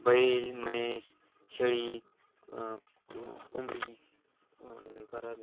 बैल म्हैस शेळी कोंबडी परत